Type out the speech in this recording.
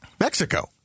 Mexico